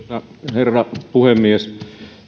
herra puhemies